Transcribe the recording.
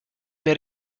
mehr